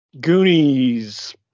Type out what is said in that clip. Goonies